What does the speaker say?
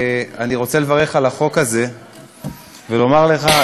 אני רוצה לברך על החוק הזה ולומר לך,